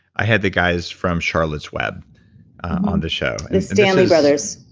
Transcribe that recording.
i had the guys from charlotte's web on the show. the stanley brothers.